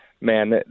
man